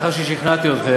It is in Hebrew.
לאחר ששכנעתי אתכם,